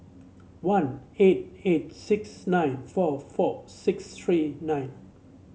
one eight eight six nine four four six three nine